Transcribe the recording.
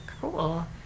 Cool